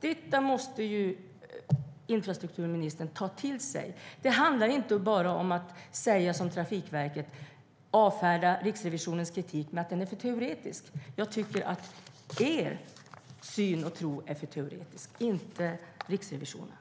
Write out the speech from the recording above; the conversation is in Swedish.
Detta måste infrastrukturministern ta till sig. Det handlar inte bara om att, som Trafikverket gör, avfärda Riksrevisionens kritik med att den är för teoretisk. Er syn och tro är för teoretisk, inte Riksrevisionens.